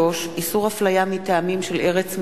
אשר נרשם לדיון בנושא יום הרצל בכנסת יבקש להרחיב